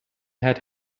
had